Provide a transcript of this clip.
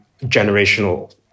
generational